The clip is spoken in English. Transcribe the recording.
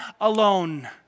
alone